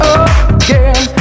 again